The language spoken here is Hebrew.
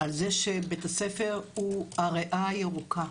על זה שבית הספר הוא הריאה הירוקה,